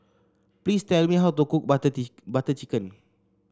please tell me how to cook Butter Butter Chicken